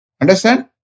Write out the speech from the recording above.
Understand